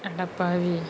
adapaavi